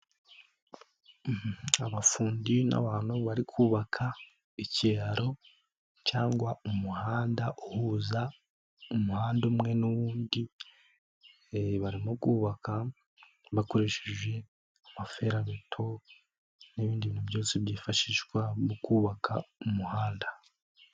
Abafundi n'abantu bari kubaka ikiraro cyangwa umuhanda uhuza umuhanda umwe n'undi, barimo kuwubabaka bakoresheje amaferabeto n'ibindi bintu byose byifashishwa mu kubaka umuhanda.